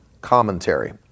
Commentary